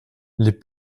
les